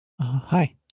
hi